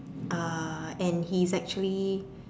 uh and he's actually